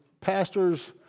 pastors